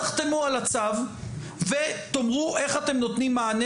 תחתמו על הצו ותאמרו איך אתם נותנים מענה